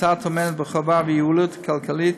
ההצעה טומנת בחובה יעילות כלכלית,